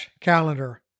calendar